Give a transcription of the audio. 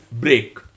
break